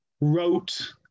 wrote